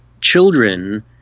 children